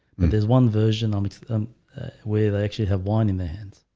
mean there's one version. i'm it's a wave i actually have one in my hands